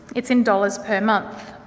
it's in dollars per month.